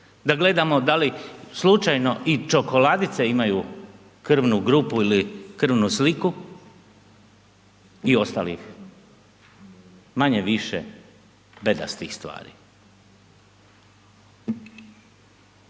da gledamo da li slučajno i čokoladice imaju krvnu grupu ili krvnu sliku i ostalih manje-više bedastih stvari.